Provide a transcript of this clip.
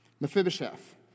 Mephibosheth